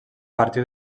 partir